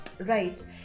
Right